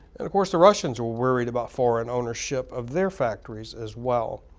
and of course, the russians were worried about foreign ownership of their factories as well.